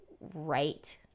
right